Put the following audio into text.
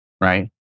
right